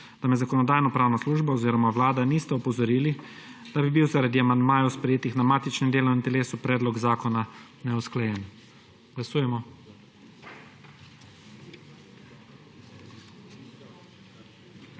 da me Zakonodajno-pravna služba oziroma Vlada nista opozorili, da bi bil zaradi amandmajev, sprejetih na matičnem delovnem telesu, predlog zakona neusklajen. Glasujemo.